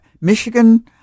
Michigan